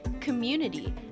community